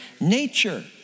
nature